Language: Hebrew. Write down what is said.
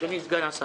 אדוני סגן השר.